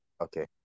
Okay